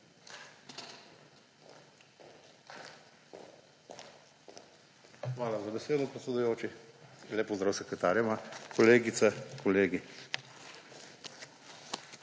Hvala za besedo, predsedujoči. Lep pozdrav sekretarjema, kolegice, kolegi!